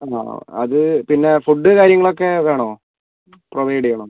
അത് പിന്നെ ഫുഡ് കാര്യങ്ങളൊക്കെ വേണോ പ്രൊവൈഡ് ചെയ്യണോ